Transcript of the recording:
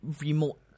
remote